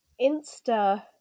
Insta